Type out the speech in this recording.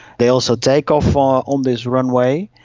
they also take off ah on this runway,